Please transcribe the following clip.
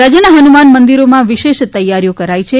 રાજ્યના હનુમાન મંદિરમાં વિશેષ તૈયારીઓ કરાઈ છે